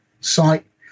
site